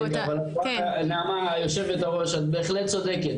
נעמה יו"ר, את בהחלט צודקת.